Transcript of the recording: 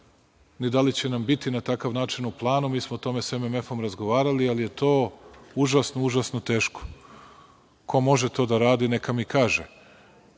ni da li će nam biti na takav način u planu, mi smo o tome sa MMF-om razgovarali, ali je to užasno, užasno teško. Ko može to da radi, neka mi kaže.